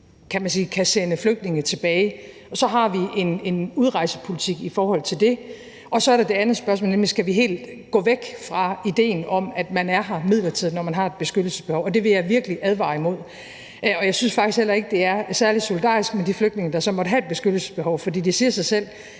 kan man sige, kan sende flygtninge tilbage, og så har vi en udrejsepolitik i forhold til det. Og så er der det andet spørgsmål, nemlig: Skal vi helt gå væk fra idéen om, at man er her midlertidigt, når man har et beskyttelsesbehov? Det vil jeg virkelig advare imod, og jeg synes faktisk heller ikke, det er særlig solidarisk med de flygtninge, der så måtte have et beskyttelsesbehov. For det siger sig selv,